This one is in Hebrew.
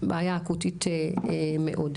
בעיה אקוטית מאוד.